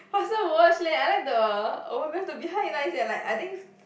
faster watch leh I like the oh because the behind nice eh like I think